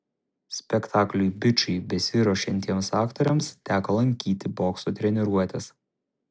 spektakliui bičai besiruošiantiems aktoriams teko lankyti bokso treniruotes